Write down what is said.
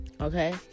Okay